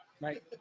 right